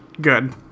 good